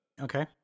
Okay